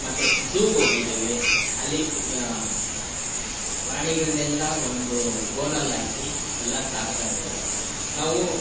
ಮತ್ತೆ ಝೂಗೋಗಿದ್ದೇವೆ ಅಲ್ಲಿ ಪ್ರಾಣಿಗಳನ್ನೆಲ್ಲ ಒಂದು ಬೋನಲ್ಲಾಕಿ ಎಲ್ಲ ಸಾಕ್ತಾಯಿರ್ತಾರೆ ನಾವು